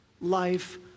life